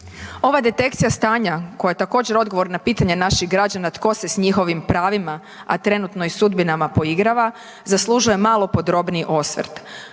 Ova detekcija stanja koja je također odgovor na pitanje naših građana tko se s njihovim pravima, a trenutno i sudbinama poigrava zaslužuje malo podrobniji osvrt.